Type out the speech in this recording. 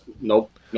nope